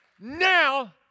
now